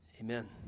Amen